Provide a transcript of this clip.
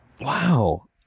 wow